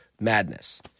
madness